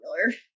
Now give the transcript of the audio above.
popular